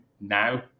now